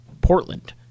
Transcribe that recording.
Portland